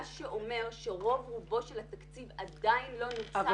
מה שאומר שרוב רובו של התקציב עדיין לא נוצל.